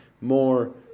more